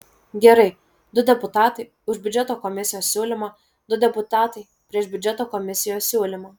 gerai du deputatai už biudžeto komisijos siūlymą du deputatai prieš biudžeto komisijos siūlymą